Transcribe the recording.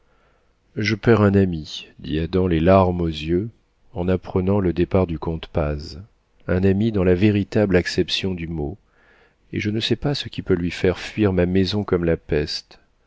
je perds un ami dit adam les larmes aux yeux en apprenant le départ du comte paz un ami dans la véritable acception du mot et je ne sais pas ce qui peut lui faire fuir ma maison comme la peste